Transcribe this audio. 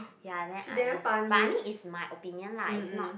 ya then I just but I mean it's my opinion lah it's not